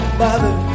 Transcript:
mother